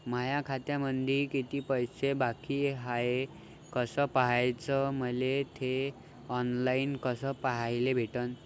माया खात्यामंधी किती पैसा बाकी हाय कस पाह्याच, मले थे ऑनलाईन कस पाह्याले भेटन?